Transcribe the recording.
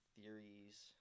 theories